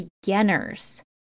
beginners